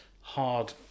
hard